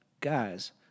guys